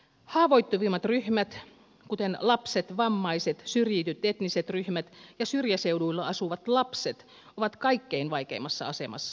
haavoittuvimmat ryhmät kuten lapset vammaiset syrjityt etniset ryhmät ja syrjäseuduilla asuvat lapset ovat kaikkein vaikeimmassa asemassa